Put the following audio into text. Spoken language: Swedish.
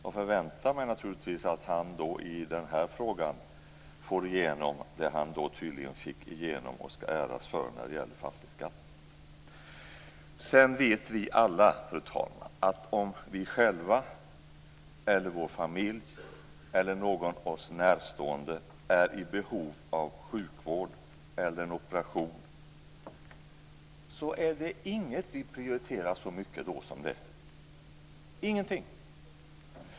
Jag förväntar mig då naturligtvis att han i denna fråga får igenom det han tydligen fick igenom, och skall äras för, när det gäller fastighetsskatten. Sedan vet vi alla, fru talman, att om vi själva, vår familj eller någon oss närstående är i behov av sjukvård eller operation finns det inget vi prioriterar så mycket som det - ingenting!